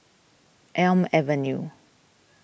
Elm Avenue